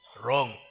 wrong